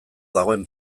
dagoen